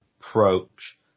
approach